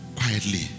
quietly